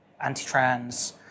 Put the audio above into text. anti-trans